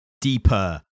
deeper